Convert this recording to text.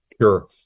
Sure